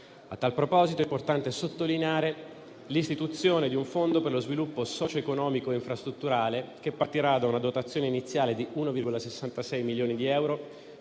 A tal proposito, è importante sottolineare l'istituzione di un fondo per lo sviluppo socio-economico e infrastrutturale, che partirà da una dotazione iniziale di 1,66 milioni di euro,